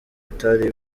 itari